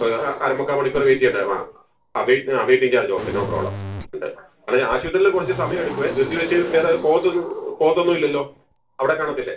അത് ആ അര മുക്കാൽ മണിക്കൂർ വെയ്റ്റ് ചെയ്യണ്ടേ വാ ആ ആ വെയ്റ്റിങ് ചാർജോക്കെ നോ പ്രോബ്ലം ഉണ്ട് അല്ല ഈ ആശുപത്രിയിൽ കുറച്ച് സമയമെടുക്കുവേ ധൃതി വച്ചു വേറെ പോവത്തൊന്നും പോവത്തൊന്നുമില്ലല്ലോ അവിടെ കാണത്തില്ലേ